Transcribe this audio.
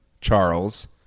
Charles